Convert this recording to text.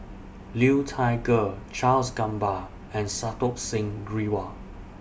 Liu Thai Ker Charles Gamba and Santokh Singh Grewal